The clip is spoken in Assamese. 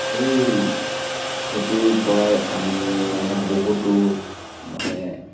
এই খেতিৰ পৰাই আমি মানে বহুতো মানে